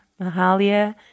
Mahalia